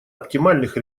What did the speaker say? оптимальных